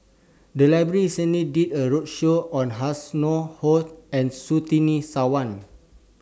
The Library recently did A roadshow on Ho and Surtini Sarwan